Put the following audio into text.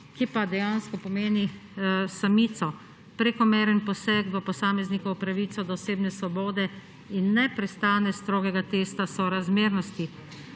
ki pa dejansko pomeni samico. Prekomeren poseg v posameznikovo pravico do osebne svobode in neprestanega strogega testa sorazmernosti.